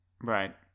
Right